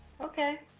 Okay